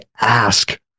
ask